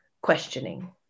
questioning